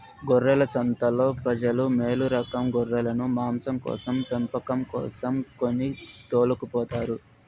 గొర్రెల సంతలో ప్రజలు మేలురకం గొర్రెలను మాంసం కోసం పెంపకం కోసం కొని తోలుకుపోతారు